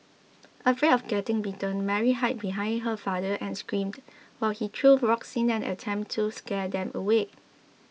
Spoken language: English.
afraid of getting bitten Mary hid behind her father and screamed while he threw rocks in an attempt to scare them away